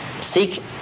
seek